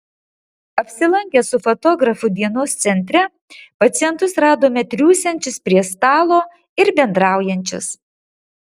apsilankę su fotografu dienos centre pacientus radome triūsiančius prie stalo ir bendraujančius